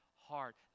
heart